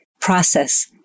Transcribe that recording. process